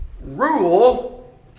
rule